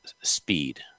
speed